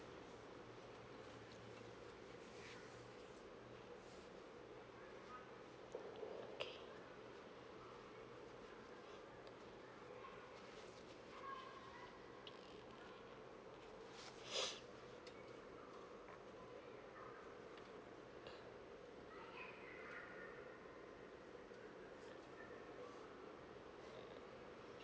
okay